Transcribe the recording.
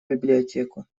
библиотеку